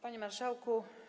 Panie Marszałku!